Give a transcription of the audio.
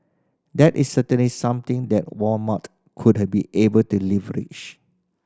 that is certainly something that Walmart would her be able to leverage